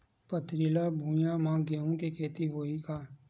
पथरिला भुइयां म गेहूं के खेती होही का?